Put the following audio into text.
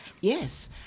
Yes